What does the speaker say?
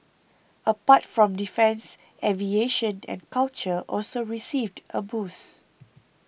apart from defence aviation and culture also received a boost